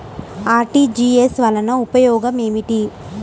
RTGS వలన ఉపయోగం ఏమిటీ?